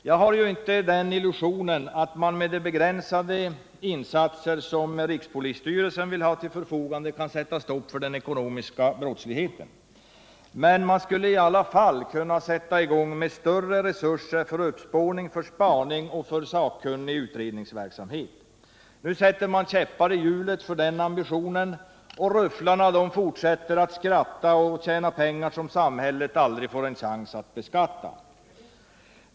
Jag har inte illusionen att man med de begränsade insatser som rikspolis — Nr 118 styrelsen vill ha till förfogande kan sätta stopp för den ekonomiska Torsdagen den brottsligheten, men man skulle i alla fall kunna sätta i gång med större 13 april 1978 resurser för uppspårning, spaning och sakkunnig utredningsverksamhet. Nu sätter man käppar i hjulet för den ambitionen, och rufflarna fortsätter att skratta och tjäna pengar som samhället aldrig får en chans att beskatta.